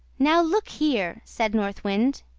now look here! said north wind.